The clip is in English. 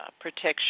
protection